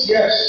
Yes